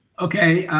okay,